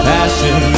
Passion